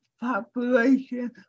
population